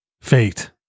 fate